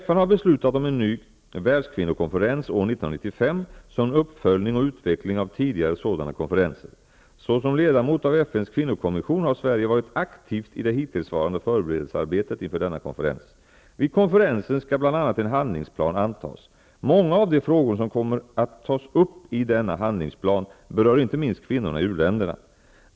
FN har beslutat om en ny världskvinnokonferens år 1995, som en uppföljning och utveckling av tidigare sådana konferenser. Såsom ledamot av FN:s kvinnokommission har Sverige varit aktivt i det hittillsvarande förberedelsearbetet inför denna konferens. Vid konferensen skall bl.a. en handlingsplan antas. Många av de frågor som kommer att tas upp i denna handlingsplan berör inte minst kvinnorna i u-länderna.